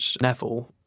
Neville